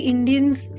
Indian's